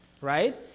right